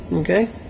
Okay